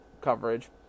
coverage